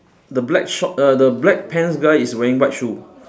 the black short err the black pants guy is wearing white shoe